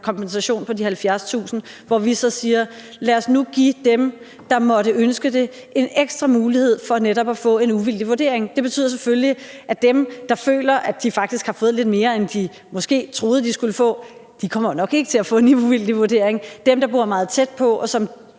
kompensation på de 70.000 kr. Der siger vi: Lad os nu give dem, der måtte ønske det, en ekstra mulighed for netop at få en uvildig vurdering. Det betyder selvfølgelig, at dem, der føler, at de faktisk har fået lidt mere, end de måske troede de skulle få, nok ikke kommer til at få en uvildig vurdering, mens dem, der bor meget tæt på, og som